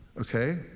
okay